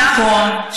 נכון,